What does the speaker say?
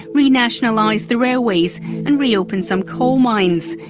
re-nationalise the railways and re-open some coal mines.